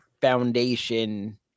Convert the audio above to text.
foundation